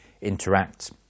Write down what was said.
interact